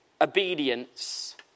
obedience